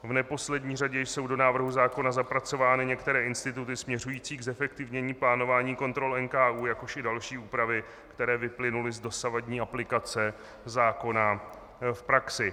V neposlední řadě jsou do návrhu zákona zapracovány některé instituty směřující k zefektivnění plánování kontrol NKÚ, jakož i další úpravy, které vyplynuly z dosavadní aplikace zákona v praxi.